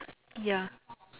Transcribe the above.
ya